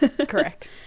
correct